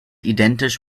identisch